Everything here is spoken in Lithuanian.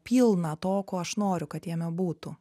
pilną to ko aš noriu kad jame būtų